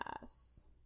Yes